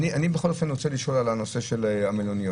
אני רוצה לשאול על הנושא של המלוניות.